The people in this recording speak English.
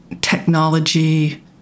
technology